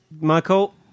Michael